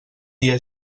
dia